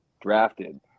drafted